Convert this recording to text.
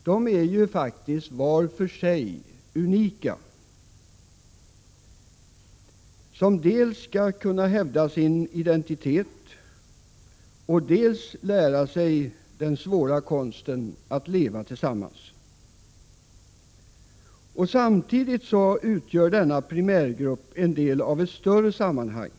De är var för sig unika. De skall dels kunna hävda sin identitet, dels lära sig den svåra konsten att leva tillsammans. Samtidigt utgör denna primärgrupp en del av ett större sammanhang.